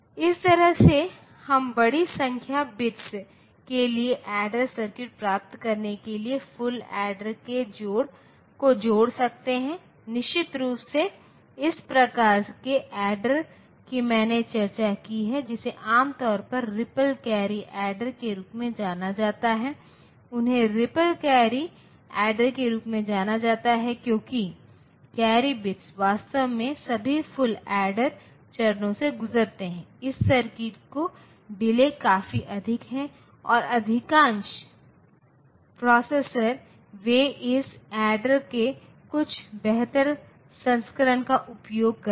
इस तरह से हम बड़ी संख्या बिट्स के लिए ऐडर सर्किट प्राप्त करने के लिए फुल ऐडर को जोड़ सकते हैं निश्चित रूप से इस प्रकार के ऐडर कि मैंने चर्चा की है जिसे आमतौर पर रिपल कैरी ऐडर के रूप में जाना जाता है उन्हें रिपल कैरी ऐडर के रूप में जाना जाता है क्योंकि कैरी बिट वास्तव में सभी फुल ऐडर चरणों से गुजरते है इस सर्किट की डिले काफी अधिक है और अधिकांश प्रोसेसर वे इस ऐडर के कुछ बेहतर संस्करण का उपयोग करेंगे